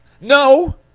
No